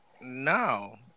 no